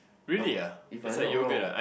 I was if I'm not wrong